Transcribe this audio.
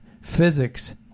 physics